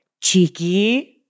cheeky